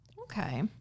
Okay